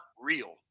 real